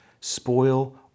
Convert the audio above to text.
spoil